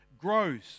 grows